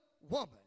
woman